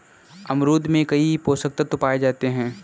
अमरूद में कई पोषक तत्व पाए जाते हैं